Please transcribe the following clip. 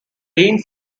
deane